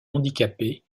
handicapés